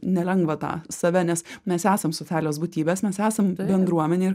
nelengva tą save nes mes esam socialios būtybės mes esam bendruomenė ir